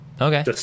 Okay